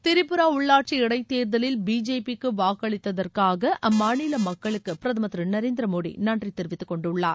திரிடரா உள்ளாட்சி இடைத் தேர்தலில் பிஜேபிக்கு வாக்களித்ததற்காக அம்மாநில மக்களுக்கு பிரதமர் திரு நரேந்திர மோடி நன்றித் தெரிவித்துக் கொண்டுள்ளார்